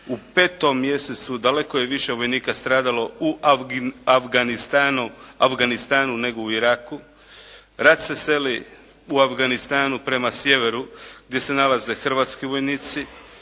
U 5. mjesecu daleko je više vojnika stradalo u Afganistanu nego u Iraku. Rat se seli u Afganistanu prema sjeveru gdje se nalaze hrvatski vojnici.